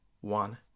one